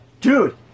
Dude